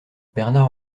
bernard